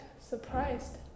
surprised